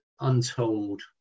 untold